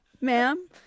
ma'am